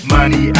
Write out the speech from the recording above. Money